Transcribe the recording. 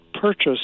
purchase